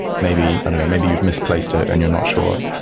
maybe and maybe you've misplaced it and you're not sure.